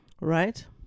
Right